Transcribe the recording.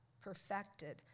perfected